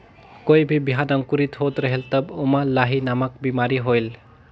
कोई भी बिहान अंकुरित होत रेहेल तब ओमा लाही नामक बिमारी होयल?